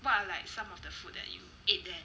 what are like some of the food that you ate there